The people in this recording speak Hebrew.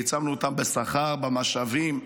העצמנו אותם בשכר, במשאבים,